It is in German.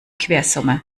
quersumme